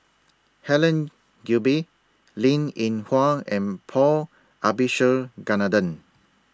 Helen Gilbey Linn in Hua and Paul Abisheganaden